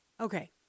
Okay